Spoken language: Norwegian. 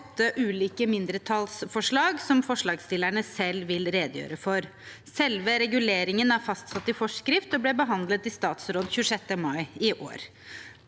ulike mindretallsforslag, som forslagsstillerne selv vil redegjøre for. Selve reguleringen er fastsatt i forskrift og ble behandlet i statsråd 26. mai i år.